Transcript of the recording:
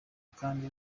kandi